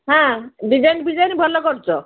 ହଁ ଡିଜାଇନ୍ ଫିଜାଇନ୍ ଭଲ କରୁଛ